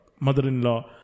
Mother-in-law